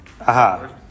Aha